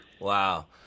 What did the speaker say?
Wow